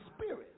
spirit